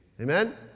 Amen